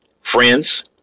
friends